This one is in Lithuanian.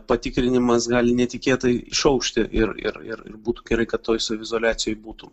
patikrinimas gali netikėtai išaušti ir ir ir būtų gerai kad toj saviizoliacijoj būtum